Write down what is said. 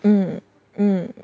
mm mm